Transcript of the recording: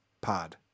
Pod